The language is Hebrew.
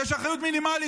יש אחריות מינימלית.